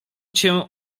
cię